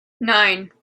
nine